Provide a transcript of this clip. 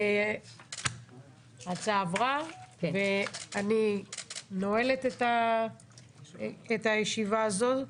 ההצעה עברה ואני נועלת את הישיבה הזאת.